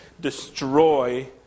destroy